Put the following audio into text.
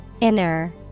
Inner